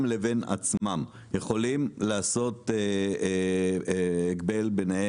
לבין עצמם יכולים לעשות הגבל ביניהם?